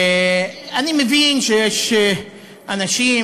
אני מבין שיש אנשים,